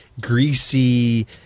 greasy